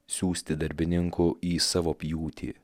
siųsti darbininkų į savo pjūtį